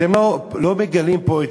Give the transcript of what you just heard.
אתם לא מגלים פה את,